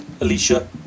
Alicia